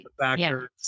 factors